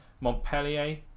Montpellier